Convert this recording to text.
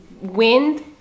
wind